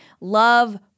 love